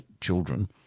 children